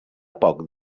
poc